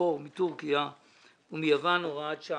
אפור מטורקיה ומיוון) (הוראת שעה).